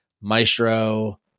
Maestro